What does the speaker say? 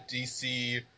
DC